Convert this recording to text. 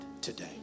today